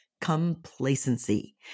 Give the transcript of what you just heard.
Complacency